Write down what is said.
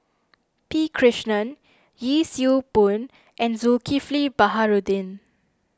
P Krishnan Yee Siew Pun and Zulkifli Baharudin